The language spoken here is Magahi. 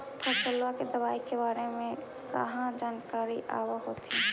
फसलबा के दबायें के बारे मे कहा जानकारीया आब होतीन?